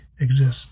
exists